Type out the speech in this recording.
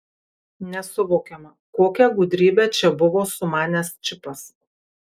nesuvokiama kokią gudrybę čia buvo sumanęs čipas